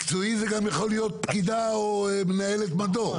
מקצועי זה גם יכול להיות פקידה או מנהלת מדור.